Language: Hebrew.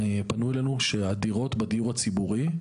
פנו אלינו שהדירות בדיור הציבורי,